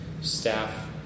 staff